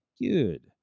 Good